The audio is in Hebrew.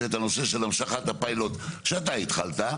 זה את הנושא של המשכת הפיילוט שאתה התחלת.